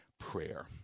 prayer